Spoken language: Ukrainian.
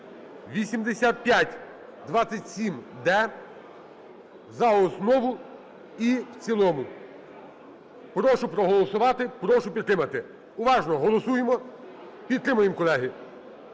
(8527-д) за основу і в цілому. Прошу проголосувати, прошу підтримати. Уважно голосуємо, підтримуємо, колеги.